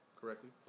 Correctly